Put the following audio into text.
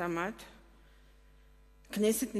כנסת נכבדה,